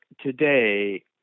today